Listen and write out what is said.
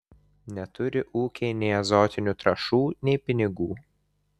neturi ūkiai nei azotinių trąšų nei pinigų